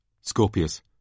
Scorpius